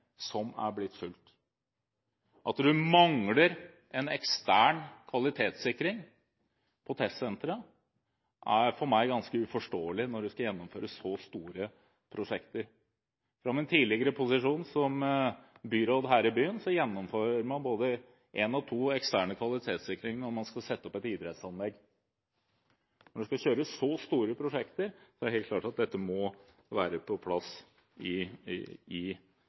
blitt fulgt. At du mangler en ekstern kvalitetssikring på testsenteret, er for meg ganske uforståelig når du skal gjennomføre så store prosjekter. I min tidligere posisjon som byråd her i byen gjennomfører man både én og to eksterne kvalitetssikringer når man skal sette opp et idrettsanlegg. Når det skal kjøres så store prosjekter, er det helt klart at dette må være på plass i